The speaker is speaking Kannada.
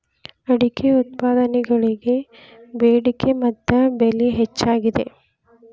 ಅಡಿಕೆ ಉತ್ಪನ್ನಗಳಿಗೆ ಬೆಡಿಕೆ ಮತ್ತ ಬೆಲೆ ಹೆಚ್ಚಾಗಿದೆ